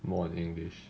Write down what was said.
more english